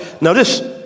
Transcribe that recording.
notice